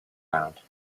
round